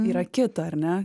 yra kita ar ne